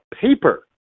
paper